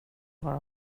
vara